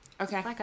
okay